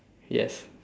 yes